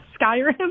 Skyrim